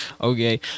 okay